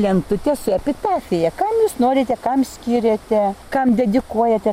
lentutę su epitafija ką jūs norite kam skiriate kam dedikuojate